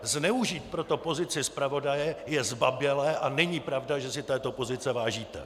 Zneužít pro to pozici zpravodaje je zbabělé a není pravda, že si této pozice vážíte!